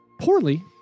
poorly